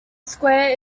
square